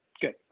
good